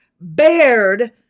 bared